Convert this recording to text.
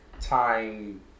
Time